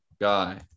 guy